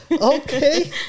okay